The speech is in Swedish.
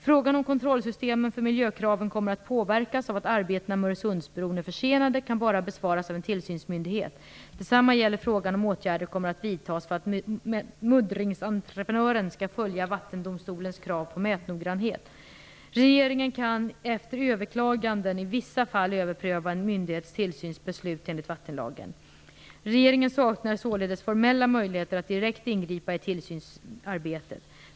Frågan om kontrollsystemen för miljökraven kommer att påverkas av att arbetena med Öresundsbron är försenade kan bara besvaras av en tillsynsmyndighet. Detsamma gäller frågan om åtgärder kommer att vidtas för att muddringsentreprenören skall följa Vattendomstolens krav på mätnoggrannhet. Regeringen kan, efter överklagande, i vissa fall överpröva en myndighets tillsynsbeslut enligt vattenlagen. Regeringen saknar således formella möjligheter att direkt ingripa i tillsynsarbetet.